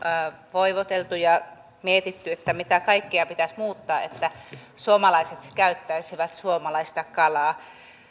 voivoteltu ja mietitty mitä kaikkea pitäisi muuttaa että suomalaiset käyttäisivät suomalaista kalaa